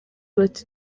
bati